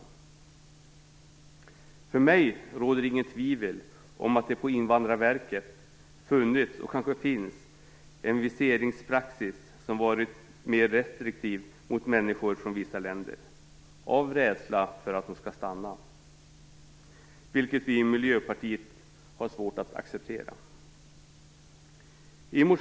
Jag för min del hyser inget tvivel om att det på Invandrarverket har funnits, och kanske finns, en mera restriktiv viseringspraxis gentemot människor från vissa länder - av rädsla för att de skall stanna här. Vi i Miljöpartiet har svårt att acceptera detta.